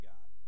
God